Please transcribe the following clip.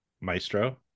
Maestro